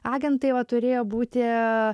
agentai va turėjo būti